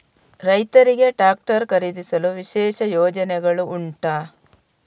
ರೈತರಿಗೆ ಟ್ರಾಕ್ಟರ್ ಖರೀದಿಸಲು ವಿಶೇಷ ಯೋಜನೆಗಳು ಉಂಟಾ?